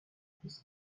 this